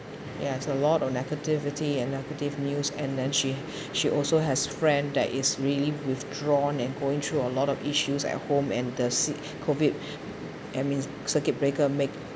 yeah it's a lot of negativity and negative news and then she she also has friend that is really withdrawn and going through a lot of issues at home and the sick COVID I means circuit breaker make